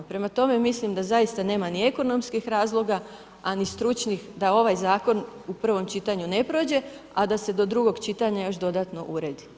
Prema tome, mislim da zaista nema ni ekonomskih razloga a ni stručnih da ovaj zakon u prvom čitanju ne prođe a da se do drugog čitanja još dodatno uredi.